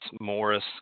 Morris